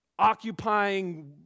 Occupying